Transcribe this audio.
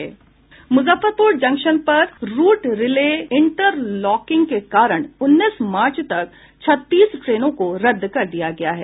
Muzaffarpur junction पर route relay interlocking के कारण उन्नीस मार्च तक छत्तीस ट्रेनों को रद्द कर दिया गया है